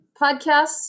podcasts